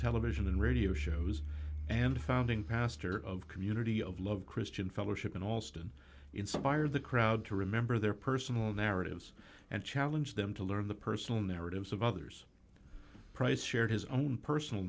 television and radio shows and founding pastor of community of love christian fellowship in allston inspired the crowd to remember their personal narratives and challenge them to learn the personal narratives of others price shared his own personal